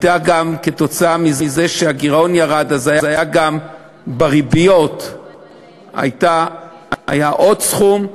ועקב זה שהגירעון ירד, גם בריביות היה עוד סכום.